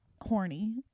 horny